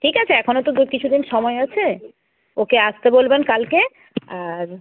ঠিক আছে এখনও তো বেশ কিছুদিন সময় আছে ওকে আসতে বলবেন কালকে আর